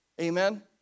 Amen